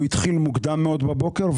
הוא התחיל מוקדם מאוד בבוקר,